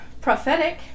Prophetic